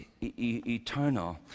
eternal